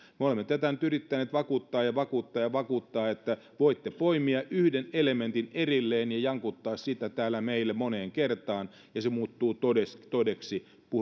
me olemme tätä nyt yrittäneet vakuuttaa ja vakuuttaa ja vakuuttaa että voitte poimia yhden elementin erilleen ja jankuttaa sitä täällä meille moneen kertaan ja se muuttuu todeksi todeksi